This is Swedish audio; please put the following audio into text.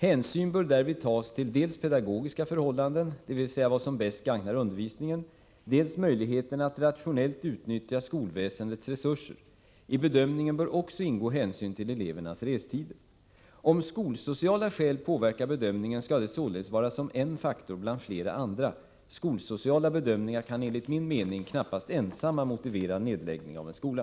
Hänsyn bör därvid tas till dels pedagogiska förhållanden, dvs. vad som bäst gagnar undervisningen, dels möjligheterna att rationellt utnyttja skolväsendets resurser. I bedömningen bör också ingå hänsyn till elevernas restider. Om ”skolsociala” skäl påverkar bedömningen skall det således vara som en faktor bland flera andra. Skolsociala bedömningar kan enligt min mening knappast ensamma motivera nedläggning av en skola.